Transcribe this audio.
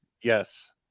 Yes